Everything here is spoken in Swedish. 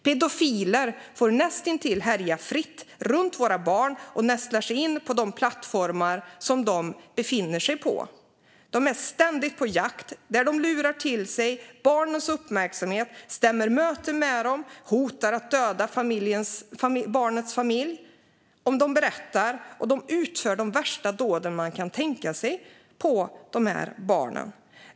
Pedofiler får näst intill härja fritt runt våra barn och nästlar sig in på de plattformar där barn befinner sig. De är ständigt på jakt, och de lurar till sig barnens uppmärksamhet, stämmer möte med dem, hotar att döda deras familj om de berättar och utför de värsta dåd man kan tänka sig mot dem.